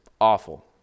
awful